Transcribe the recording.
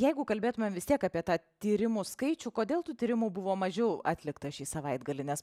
jeigu kalbėtume vis tiek apie tą tyrimų skaičių kodėl tų tyrimų buvo mažiau atlikta šį savaitgalį nes